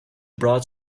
broad